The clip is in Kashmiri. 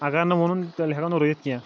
اَگر نہٕ ووٚنُن تیٚلہِ ہیٚکو نہٕ رُیِتھ کیٚنٛہہ